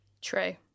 true